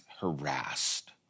harassed